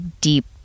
deep